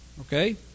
Okay